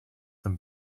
them